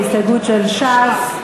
ההסתייגות של ש"ס.